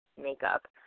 makeup